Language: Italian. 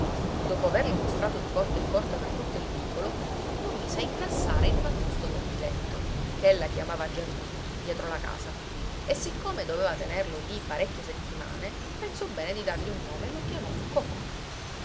dopo averlo mostrato di porta in porta per tutto il vicolo lo mise a ingrassare in un angusto cortiletto ch'ella chiamava giardino dietro la casa e siccome doveva tenerlo lì parecchie settimane pensò bene di dargli un nome e lo chiamò cocò